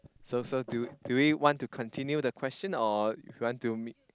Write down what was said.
so so do do we want to continue the question or you want to m~